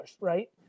right